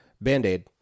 Band-Aid